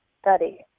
Study